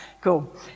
cool